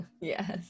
Yes